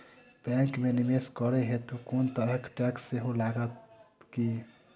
Bank मे निवेश करै हेतु कोनो तरहक टैक्स सेहो लागत की?